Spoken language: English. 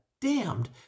damned